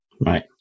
Right